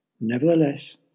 Nevertheless